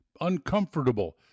uncomfortable